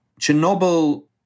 Chernobyl